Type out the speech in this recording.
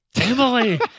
Emily